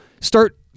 start